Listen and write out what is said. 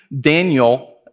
Daniel